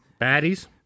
Baddies